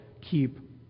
keep